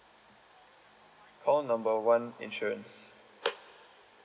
call number one insurance